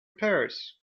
purse